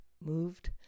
moved